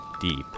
deep